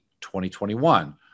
2021